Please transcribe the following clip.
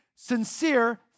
Sincere